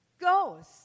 goes